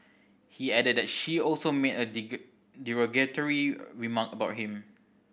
he added that she also made a derogatory remark about him